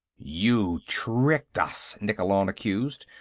you tricked us! nikkolon accused.